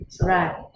Right